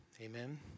Amen